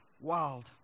wild